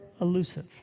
elusive